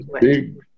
big